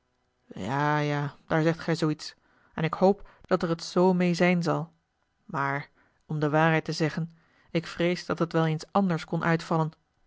ja ja daar zegt gij zoo iets en ik hoop dat er het zoo meê zijn zal maar om de waarheid te zeggen ik vrees dat het wel eens anders kon uitvallen